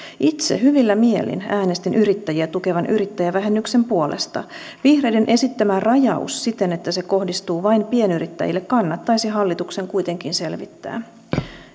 itse hyvillä mielin äänestin yrittäjiä tukevan yrittäjävähennyksen puolesta vihreiden esittämä rajaus siten että se kohdistuu vain pienyrittäjille kannattaisi hallituksen kuitenkin selvittää